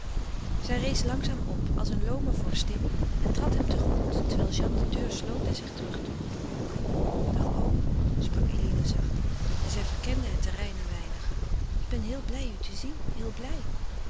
zij rees langzaam op als een loome vorstin en trad hem tegemoet terwijl jeanne de deur sloot en zich terugtrok dag oom sprak eline zacht en zij verkende het terrein een weinig ik ben heel blij u te zien heel blij